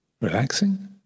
relaxing